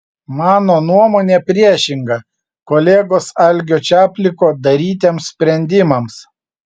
mano nuomonė priešinga kolegos algio čapliko darytiems sprendimams